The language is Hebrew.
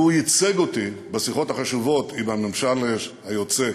והוא ייצג אותי בשיחות החשובות עם הממשל היוצא,